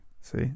see